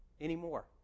anymore